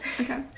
okay